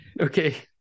okay